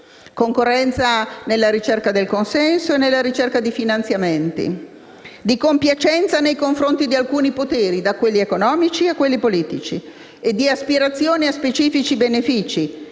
elettorale e nella ricerca del consenso e dei finanziamenti, nonché di compiacenza nei confronti di alcuni poteri (da quelli economici a quelli politici) e di aspirazione a specifici benefici,